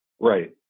Right